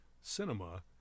cinema